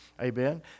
Amen